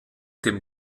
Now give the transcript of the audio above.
dem